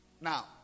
now